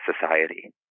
society